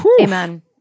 Amen